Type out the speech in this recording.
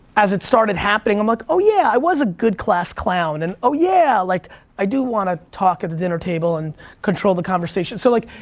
as it started happening i'm like, oh yeah, i was a good class clown and oh yeah, like i do wanna talk at the dinner table and control the conversation. so like,